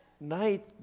night